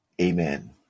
Amen